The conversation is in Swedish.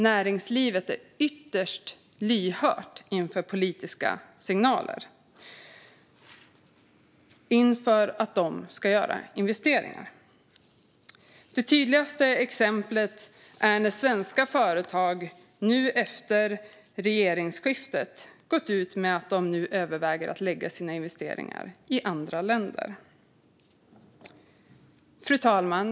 Näringslivet är ytterst lyhört inför politiska signaler inför att de ska göra investeringar. Det tydligaste exemplet är att svenska företag nu efter regeringsskiftet gått ut med att de överväger att lägga sina investeringar i andra länder. Fru talman!